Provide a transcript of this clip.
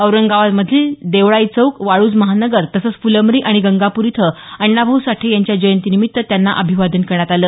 औरंगाबादमधील देवळाई चौक वाळूज महानगर तसंच फुलंब्री आणि गंगापूर इथं अण्णाभाऊ साठे यांच्या जयंतीनिमित्त त्यांना अभिवादन करण्यात आलं